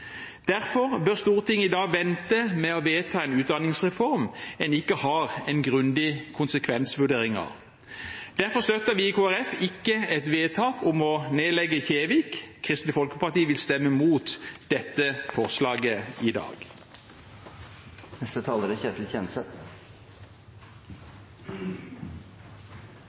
Derfor bør Stortinget i dag vente med å vedta en utdanningsreform en ikke har en grundig konsekvensvurdering av. Og derfor støtter vi i Kristelig Folkeparti ikke et vedtak om å nedlegge Kjevik. Kristelig Folkeparti vil stemme imot dette forslaget i dag. Dette er en stor debatt om lange linjer, men det er